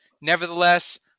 Nevertheless